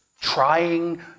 trying